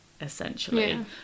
essentially